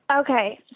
Okay